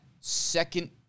second